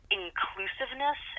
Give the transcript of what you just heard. inclusiveness